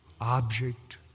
object